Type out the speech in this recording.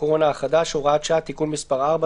הקורונה החדש (הוראת שעה) (תיקון מס' 4),